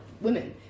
women